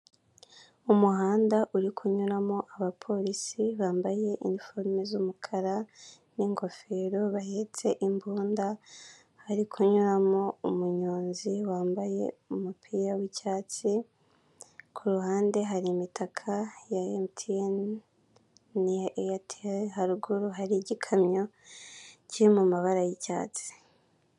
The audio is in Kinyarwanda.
Umuhanda uri kunyuramo abapolisi bambaye iniforume z'umukara n'ingofero bahetse imbunda, hari kunyuramo umunyonzi wambaye umupira w'icyatsi, ku ruhande hari imitaka ya MTN n'iya Airtel, haruguru hari igikamyo kiri mu mabara y'icyatsi.